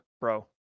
bro